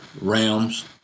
realms